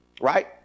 Right